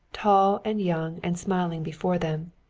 tall and young and smiling before them,